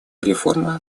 реформа